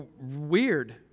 weird